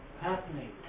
happening